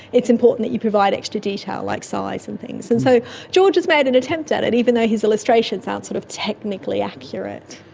it's important that you provide extra detail like sizing things. and so george has made an attempt at it, even though his illustrations aren't sort of technically accurate.